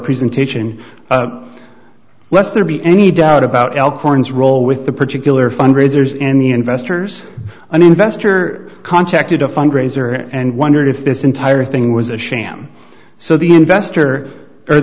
presentation lest there be any doubt about al corns role with the particular fundraisers and the investors an investor contacted a fundraiser and wondered if this entire thing was a sham so the investor